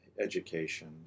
education